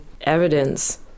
evidence